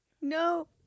No